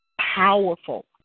powerful